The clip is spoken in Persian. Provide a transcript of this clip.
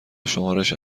شمارش